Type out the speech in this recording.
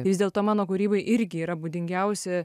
vis dėlto mano kūrybai irgi yra būdingiausi